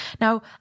Now